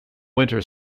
winter